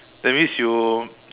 that means you